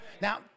Now